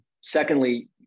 Secondly